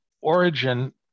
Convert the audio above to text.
origin